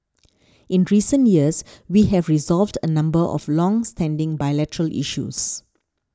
in recent years we have resolved a number of longstanding bilateral issues